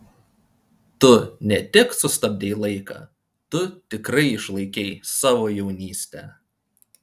tu ne tik sustabdei laiką tu tikrai išlaikei savo jaunystę